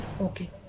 okay